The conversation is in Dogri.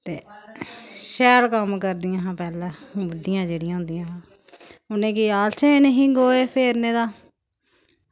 ते शैल कम्म करदियां हां पैह्लें बुड्ढियां जेह्ड़ियां होंदियां हां उ'नें गी आलस गै नेही कोई गोहे फेरने दा